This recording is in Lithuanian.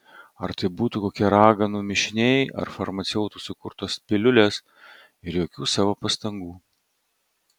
ar tai būtų kokie raganų mišiniai ar farmaceutų sukurtos piliulės ir jokių savo pastangų